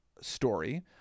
story